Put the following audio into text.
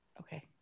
Okay